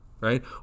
right